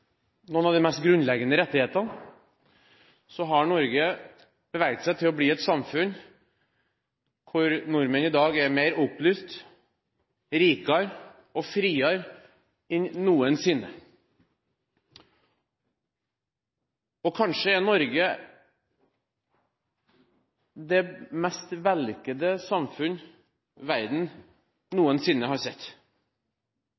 noen av de mest grunnleggende rettighetene har Norge beveget seg til å bli et samfunn hvor nordmenn i dag er mer opplyst, rikere og friere enn noensinne. Kanskje er Norge det mest vellykkede samfunn verden